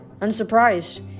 Unsurprised